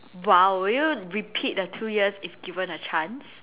!wow! would you repeat the two years if given a chance